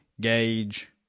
gauge